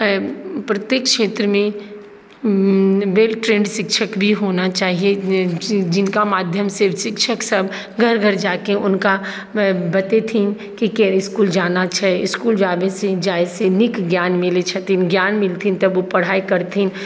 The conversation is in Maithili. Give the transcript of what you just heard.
प्रत्येक क्षेत्रमे वेल ट्रेन्ड शिक्षक भी होना चाहिए जिनका माध्यम से शिक्षकसब घर घर जाकऽ हुनका बतेथिन कि इसकुल जाना छै इसकुल जावैसँ जाइसँ नीक ज्ञान मिलै छथिन ज्ञान मिलथिन तऽ ओ पढ़ाइ करथिन